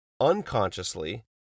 unconsciously